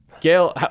Gail